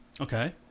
Okay